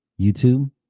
youtube